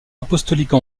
apostolique